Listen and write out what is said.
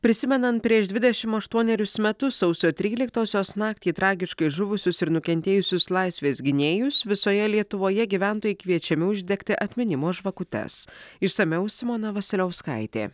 prisimenant prieš dvidešim aštuonerius metus sausio tryliktosios naktį tragiškai žuvusius ir nukentėjusius laisvės gynėjus visoje lietuvoje gyventojai kviečiami uždegti atminimo žvakutes išsamiau simona vasiliauskaitė